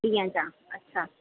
ॾींहं जा अच्छा